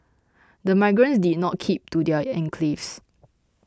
the migrants did not keep to their enclaves